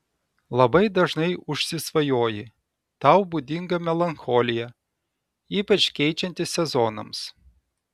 labai dažnai užsisvajoji tau būdinga melancholija ypač keičiantis sezonams